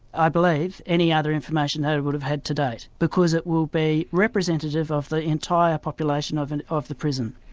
i believe, any other information they would have had to date, because it will be representative of the entire population of and of the prison.